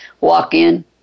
walk-in